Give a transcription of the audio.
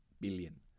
billion